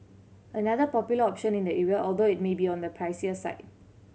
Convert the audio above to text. another popular option in the area although it may be on the pricier side